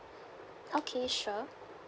okay sure